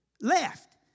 left